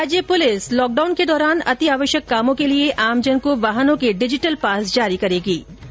राज्य police lockdown के दौरान अतिआवश्यक कामों के लिए आमजन को वाहनों के डिजिटल पास करेगी जारी